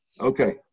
Okay